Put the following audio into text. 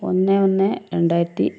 ഒന്ന് ഒന്ന് രണ്ടായിരത്തി